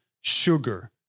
sugar